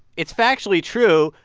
it's factually true.